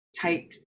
tight